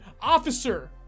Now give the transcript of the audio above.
officer